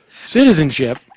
citizenship